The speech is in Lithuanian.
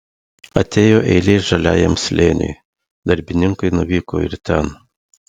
atėjo eilė žaliajam slėniui darbininkai nuvyko ir ten